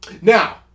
Now